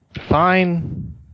Fine